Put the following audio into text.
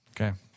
Okay